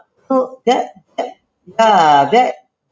so that that ya that